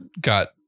got